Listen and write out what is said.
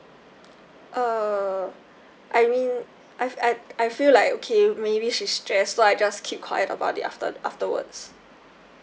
err I mean I've I I feel like okay maybe she stressed so I just keep quiet about it after afterwards